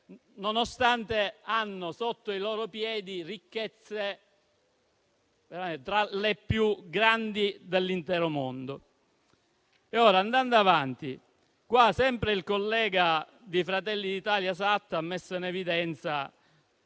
nonostante abbiano sotto i loro piedi ricchezze tra le più grandi al mondo. Andando avanti, il collega di Fratelli d'Italia Satta ha messo in evidenza